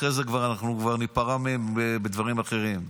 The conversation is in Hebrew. אחרי זה כבר ניפרע מהם בדברים אחרים,